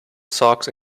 socks